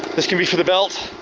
this can be for the belt.